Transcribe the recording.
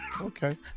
Okay